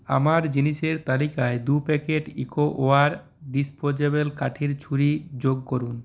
আমার জিনিসের তালিকায় দু প্যাকেট ইকোওয়ার ডিস্পোজেবল কাঠের ছুরি যোগ করুন